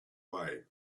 way